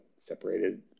separated